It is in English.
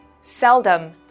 seldom